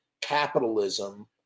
capitalism